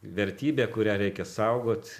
vertybė kurią reikia saugot